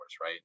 right